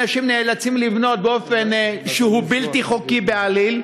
אנשים נאלצים לבנות באופן שהוא בלתי חוקי בעליל,